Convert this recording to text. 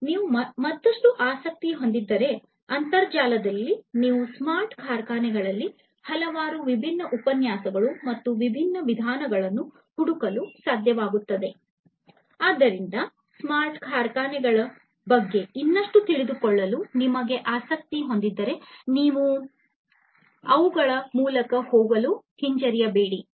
ಮತ್ತು ನೀವು ಮತ್ತಷ್ಟು ಆಸಕ್ತಿ ಹೊಂದಿದ್ದರೆ ಅಂತರ್ಜಾಲದಲ್ಲಿ ನೀವು ಸ್ಮಾರ್ಟ್ ಕಾರ್ಖಾನೆಗಳಲ್ಲಿ ಹಲವಾರು ವಿಭಿನ್ನ ಉಪನ್ಯಾಸಗಳು ಮತ್ತು ವಿಭಿನ್ನ ವಿಧಾನಗಳು ಹುಡುಕಲು ಪ್ರಯತ್ನಿಸಿ ಆದ್ದರಿಂದ ಸ್ಮಾರ್ಟ್ ಕಾರ್ಖಾನೆಗಳ ಬಗ್ಗೆ ಇನ್ನಷ್ಟು ತಿಳಿದುಕೊಳ್ಳಲು ನೀವು ಆಸಕ್ತಿ ಹೊಂದಿದ್ದರೆ ದಯವಿಟ್ಟು ಅವುಗಳ ಮೂಲಕ ಹೋಗಲು ಹಿಂಜರಿಯಬೇಡಿ